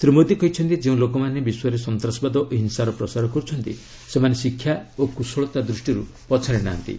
ଶ୍ରୀ ମୋଦୀ କହିଛନ୍ତି ଯେଉଁ ଲୋକମାନେ ବିଶ୍ୱରେ ସନ୍ତାସବାଦ ଓ ହିଂସାର ପ୍ରସାର କରୁଛନ୍ତି ସେମାନେ ଶିକ୍ଷା ଓ କୁଶଳତା ଦୃଷ୍ଟିରୁ ପଛରେ ନାହାନ୍ତି